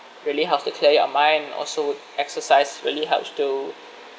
really helps to clear out your mind also exercise really helps to